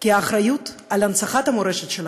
כי האחריות להנצחת המורשת שלכם,